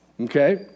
Okay